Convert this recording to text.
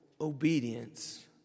obedience